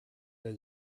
that